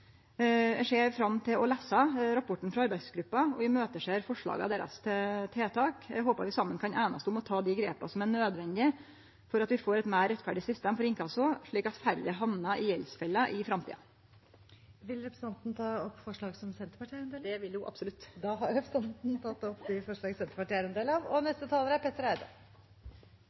ser fram til å lese rapporten frå arbeidsgruppa og deira forslag til tiltak. Eg håper vi saman kan einast om å ta dei grepa som er nødvendige for at vi får eit meir rettferdig system for inkasso, slik at færre hamnar i gjeldsfella i framtida. Vil representanten ta opp forslag som Senterpartiet er en del av? Det vil ho absolutt! Da har representanten Jenny Klinge tatt opp de forslagene Senterpartiet er en del av.